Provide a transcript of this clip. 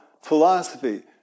philosophy